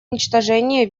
уничтожения